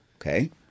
Okay